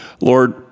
Lord